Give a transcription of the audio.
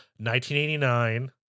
1989